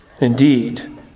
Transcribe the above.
indeed